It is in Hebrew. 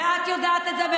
ואת יודעת את זה,